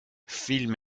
فیلم